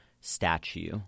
statue